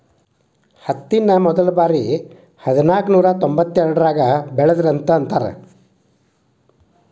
ಹತ್ತಿನ ಮೊದಲಬಾರಿ ಹದನಾಕನೂರಾ ತೊಂಬತ್ತೆರಡರಾಗ ಬೆಳದರಂತ ಅಂತಾರ